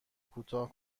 کوتاه